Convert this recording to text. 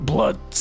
Blood